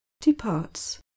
departs